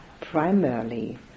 primarily